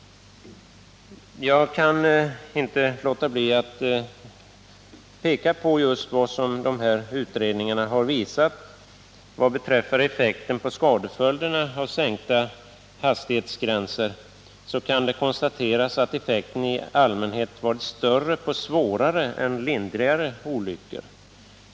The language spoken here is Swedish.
Jag kan inte låta bli att peka på just det som de här utredningarna har visat. Vad beträffar effekten på skadeföljderna av sänkta hastighetsgränser kan det konstateras att effekten i allmänhet har varit större på svårare än på lindrigare olyckor.